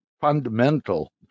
fundamental